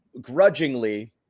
grudgingly